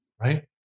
Right